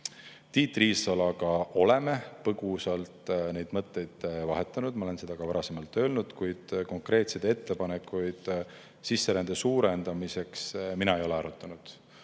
Tiit Riisaloga põgusalt neid mõtteid vahetanud, ma olen seda ka varasemalt öelnud, kuid konkreetseid ettepanekuid sisserände suurendamiseks me ei ole arutanud.